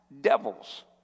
devils